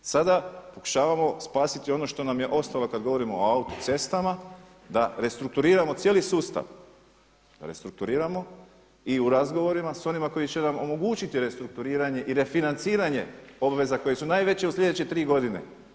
Sada pokušavamo spasiti ono što nam je ostalo kad govorimo o autocestama da restrukturiramo cijeli sustav, restrukturiramo i u razgovorima sa onima koji će nam omogućiti restrukturiranje i refinanciranje obveza koje su najveće u sljedeće tri godine.